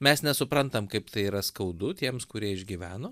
mes nesuprantam kaip tai yra skaudu tiems kurie išgyveno